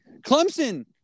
Clemson